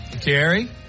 Gary